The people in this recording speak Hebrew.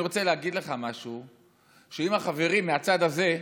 אני רוצה להגיד לך שאם החברים מהצד הזה,